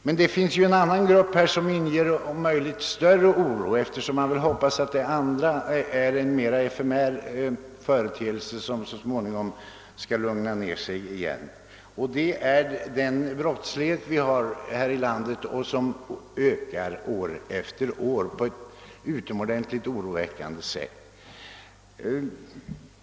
Men det finns en annan grupp som inger om möjligt större oro, eftersom man kan hoppas att den förstnämnda utgör en mera efemär företeelse som så småningom kommer att lugna ner sig. Jag syftar på den grupp som står för den grova brottsligheten i landet, och som ökar år efter år på ett oroväckande sätt.